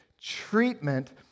treatment